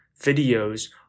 videos